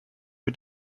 mit